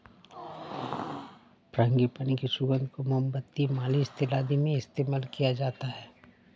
frangipani की सुगंध को मोमबत्ती, मालिश तेल आदि में इस्तेमाल किया जाता है